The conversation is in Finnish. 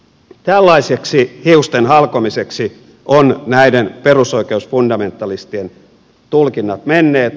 tällaiseksi hiustenhalkomiseksi ovat näiden perusoikeusfundamentalistien tulkinnat menneet